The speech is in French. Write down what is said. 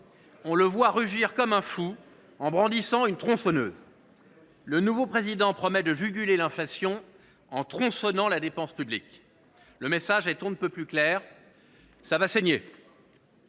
On le voit rugir comme un fou en brandissant une tronçonneuse. Le nouveau président promet de juguler l’inflation en tronçonnant la dépense publique. Le message est on ne peut plus clair :« Ça va saigner